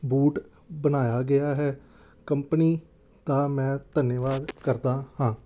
boot ਬਣਾਇਆ ਗਿਆ ਹੈ ਕੰਪਨੀ ਦਾ ਮੈਂ ਧੰਨਵਾਦ ਕਰਦਾ ਹਾਂ